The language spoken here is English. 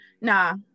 nah